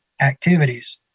activities